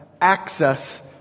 access